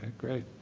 great.